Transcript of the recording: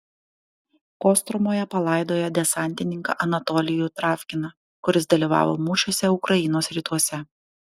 kostromoje palaidojo desantininką anatolijų travkiną kuris dalyvavo mūšiuose ukrainos rytuose